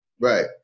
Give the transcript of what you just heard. Right